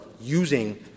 using